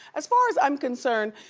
as far as i'm concerned,